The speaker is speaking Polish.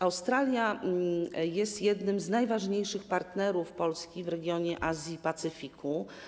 Australia jest jednym z najważniejszych partnerów Polski w regionie Azji i Pacyfiku.